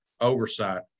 oversight